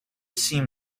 seem